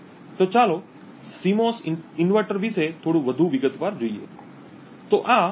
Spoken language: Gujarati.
તો ચાલો સિમોસ ઇન્વર્ટર વિશે થોડું વધુ વિગતવાર જોઈએ